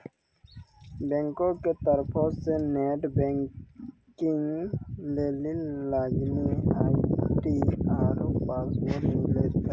बैंको के तरफो से नेट बैंकिग लेली लागिन आई.डी आरु पासवर्ड मिलतै